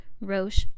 Roche